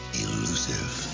elusive